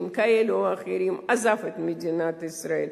כאלה ואחרים הוא עזב את מדינת ישראל,